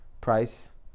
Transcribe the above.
price